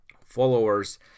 followers